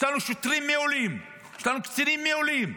יש לנו שוטרים מעולים, יש לנו קצינים מעולים,